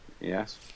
Yes